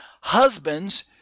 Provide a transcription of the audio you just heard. Husbands